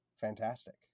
fantastic